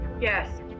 Yes